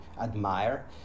admire